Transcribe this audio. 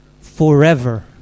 forever